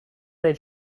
they